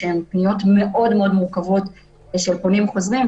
שהן פניות מאוד מאוד מורכבות ושל פונים חוזרים,